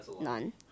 None